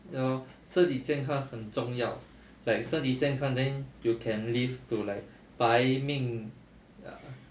ya lor 身体健康很重要 like 身体健康 then you can live to like 百命 ya